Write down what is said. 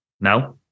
now